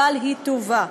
אבל היא תובא.